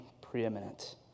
preeminent